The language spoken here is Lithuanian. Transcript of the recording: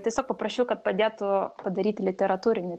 tiesiog paprašiau kad padėtų padaryti literatūrinį